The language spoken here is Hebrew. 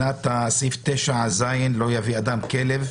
סעיף 9(ז), רשום שלא יביא אדם כלב,